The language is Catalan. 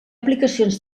aplicacions